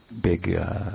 big